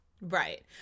Right